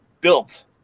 built